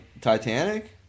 Titanic